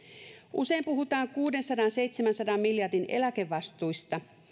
usein puhutaan kuudensadan viiva seitsemänsadan miljardin eläkevastuista